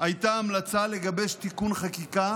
הייתה המלצה לגבש תיקון חקיקה